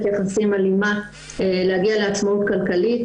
יחסים אלימה להגיע לעצמאות כלכלית.